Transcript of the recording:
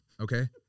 Okay